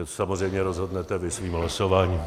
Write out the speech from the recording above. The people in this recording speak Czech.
Samozřejmě rozhodnete vy svým hlasováním.